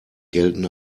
gelten